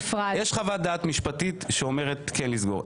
משפטית שאומרת כן לסגור.